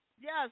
Yes